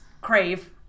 crave